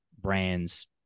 brands